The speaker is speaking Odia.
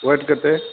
ୱେଟ୍ କେତେ